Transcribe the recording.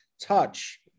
touch